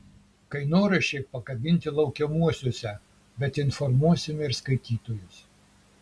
kainoraščiai pakabinti laukiamuosiuose bet informuosime ir skaitytojus